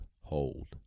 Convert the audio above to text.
hold